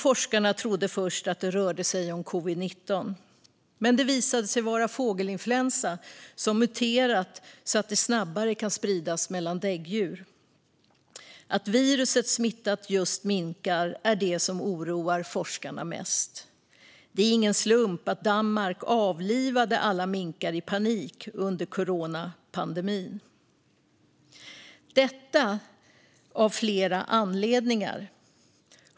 Forskarna trodde först att det rörde sig om covid19, men det visade sig vara fågelinfluensa som muterat så att det snabbare kan spridas mellan däggdjur. Att viruset smittat just minkar är det som oroar forskarna mest. Det är ingen slump att Danmark avlivade alla minkar i panik under coronapandemin. Anledningarna var flera.